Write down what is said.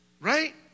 right